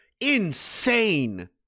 insane